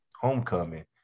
Homecoming